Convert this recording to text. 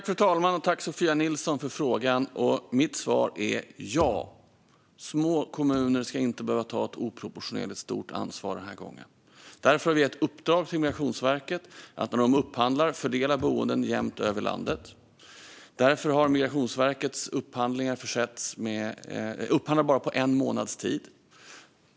Fru talman! Tack, Sofia Nilsson, för frågan! Mitt svar är ja. Små kommuner ska inte behöva ta ett oproportionerligt stort ansvar den här gången. Därför har vi gett i uppdrag till Migrationsverket att de när de upphandlar ska fördela boenden jämnt över landet. Därför ska Migrationsverket upphandla bara på en månads tid.